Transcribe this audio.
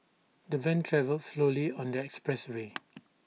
the van travelled slowly on the expressway